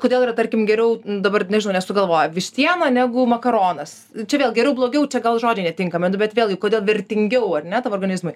kodėl yra tarkim geriau dabar nežinau nesugalvoju vištiena negu makaronas čia vėl geriau blogiau čia gal žodžiai netinkami nu bet vėlgi kodėl vertingiau ar ne tavo organizmui